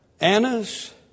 Annas